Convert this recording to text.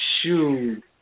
Shoot